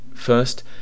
First